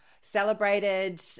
Celebrated